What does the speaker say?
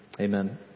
Amen